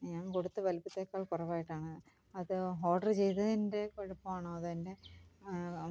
ഞാൻ കൊടുത്ത വലിപ്പത്തേക്കാൾ കുറവായിട്ടാണ് അത് ഓഡർ ചെയ്തതിൻ്റെ കുഴപ്പമാണോ അതോ എൻ്റെ